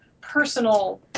personal